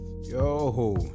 Yo